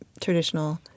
traditional